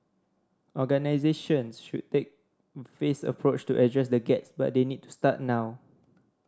organisations should take phased approach to address the gets but they need to start now